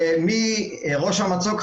זה מראש המצוק,